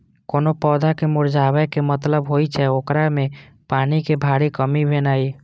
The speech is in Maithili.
कोनो पौधा के मुरझाबै के मतलब होइ छै, ओकरा मे पानिक भारी कमी भेनाइ